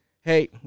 hey